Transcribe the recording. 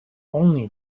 only